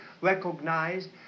recognized